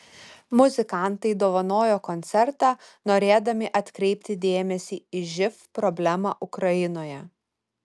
muzikantai dovanojo koncertą norėdami atkreipti dėmesį į živ problemą ukrainoje